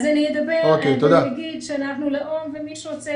אז אני אגיד שאנחנו לאום ומי שרוצה